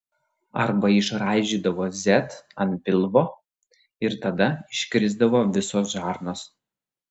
arba išraižydavo z ant pilvo ir tada iškrisdavo visos žarnos